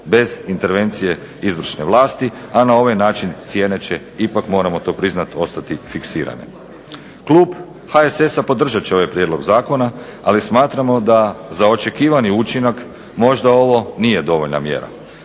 bez intervencije izvršne vlasti, a na ovaj način cijene će, ipak moramo to priznati, ostati fiksirane. Klub HSS-a podržat će ovaj prijedlog zakona, ali smatramo da za očekivani učinak možda ovo nije dovoljna mjera.